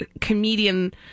comedian